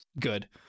good